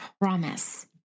promise